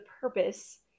purpose